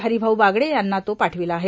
हरीभाऊ बागडे यांना तो पाठविला आहे